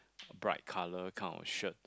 bright colour kind of shirt